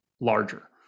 larger